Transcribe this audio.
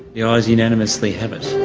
the ayes unanimously have it.